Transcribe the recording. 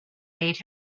made